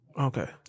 Okay